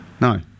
No